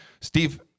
Steve